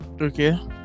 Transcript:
okay